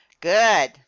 good